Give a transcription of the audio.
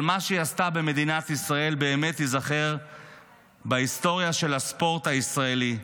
אבל מה שהיא עשתה במדינת ישראל באמת ייזכר בהיסטוריה של הספורט הישראלי.